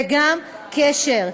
וגם קשר,